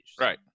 Right